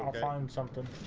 um find something